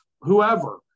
whoever